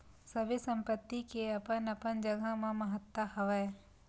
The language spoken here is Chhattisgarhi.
सबे संपत्ति के अपन अपन जघा म महत्ता हवय